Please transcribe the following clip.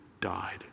died